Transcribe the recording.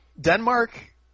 Denmark